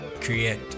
create